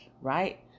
right